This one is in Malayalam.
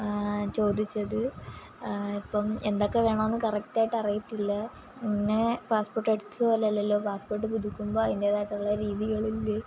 ചോദിച്ചത് ഇപ്പം എന്തൊക്കെ വേണം എന്ന് കറക്റ്റായിട്ട് അറിയത്തില്ല മുന്നേ പാസ്പോർട്ട് അടിച്ചതല്ലല്ലോ പാസ്പോർട്ട് പുതുക്കുമ്പോൾ അതിൻ്റേതായിട്ടുള്ള രീതികളില്ലേ